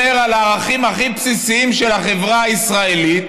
על הערכים הכי בסיסים של החברה הישראלית,